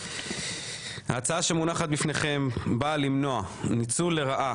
ההצעה שמונחת בפניכם באה למנוע ניצול לרעה